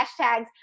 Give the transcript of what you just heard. hashtags